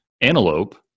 antelope